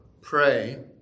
Pray